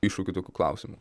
iššūkių tokių klausimų